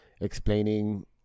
explaining